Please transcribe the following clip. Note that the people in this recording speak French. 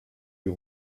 eût